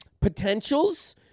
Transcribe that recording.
potentials